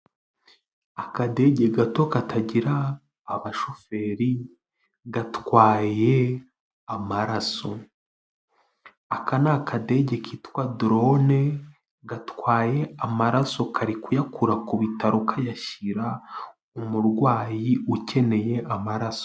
Akadege gato katagira abashoferi gatwaye amaraso aka ni akadege kitwa dorone gatwaye amaraso kari kuyakura ku bitaro kayashyira umurwayi ukeneye amaraso.